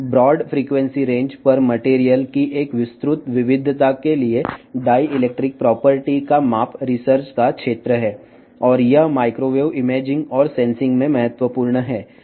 విస్తృత ఫ్రీక్వెన్సీ పరిధిలో అనేక రకాలైన పదార్థాల కోసం విద్యుద్వాహక లక్షణాల కొలత అనేది పరిశోధన చేయదగ్గ ప్రాంతం మరియు ఇది మైక్రోవేవ్ ఇమేజింగ్ మరియు సెన్సింగ్లో కీలకమైనది